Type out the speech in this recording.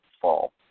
fall